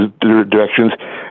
directions